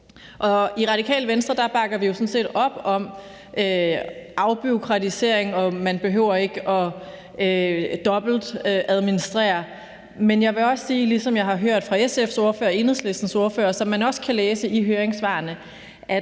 I Radikale Venstre bakker vi jo sådan set op om afbureaukratisering, og man behøver ikke at dobbeltadministrere, men jeg vil også sige, ligesom jeg har hørt fra SF's ordfører og Enhedslistens ordfører, og som man også kan læse i høringssvarene,